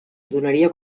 donaria